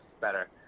better